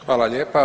Hvala lijepa.